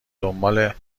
دنبال